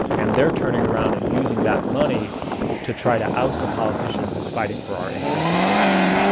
and they're turning around and using that money to try to oust a politician who's fighting for our interest as workers.